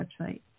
website